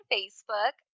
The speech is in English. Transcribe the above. Facebook